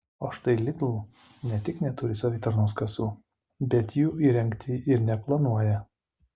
o štai lidl ne tik neturi savitarnos kasų bet jų įrengti ir neplanuoja